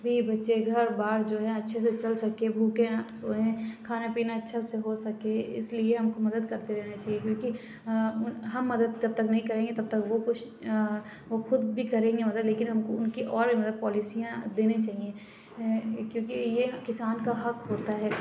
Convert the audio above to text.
بیوی بچے گھر بار جو ہے اچھے سے چل سکے بھوکے نہ سوئیں کھانا پینا اچھا سا ہوسکے اِس لیے ہم کو مدد کرتے رہنا چاہیے کیوں کہ ہم مدد تب تک نہیں کریں گے تب تک وہ کچھ وہ خود بھی کریں گے مدد لیکن ہم کو اُن کی اور بھی مطلب پالیسیاں دینی چاہیے کیوں کہ یہ کسان کا حق ہوتا ہے